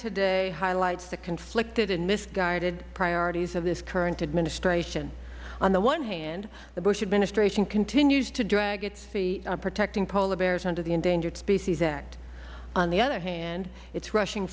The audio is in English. today highlights the conflicted and misguided priorities of this current administration on the one hand the bush administration continues to drag its feet protecting polar bears under the endangered species act on the other hand it is rushing